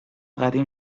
قدیم